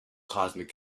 cosmic